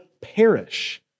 perish